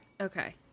Okay